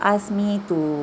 ask me to